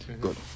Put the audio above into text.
good